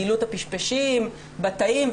גילו את הפשפשים בתאים.